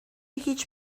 هیچ